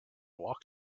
walk